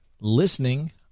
listening